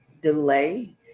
delay